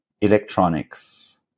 electronics